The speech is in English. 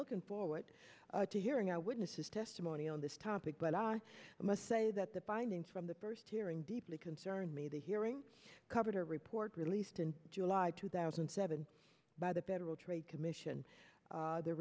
looking forward to hearing our witnesses testimony on this topic but i must say that the findings from the first hearing deeply concerned me the hearing covered a report released in july two thousand and seven by the federal trade commission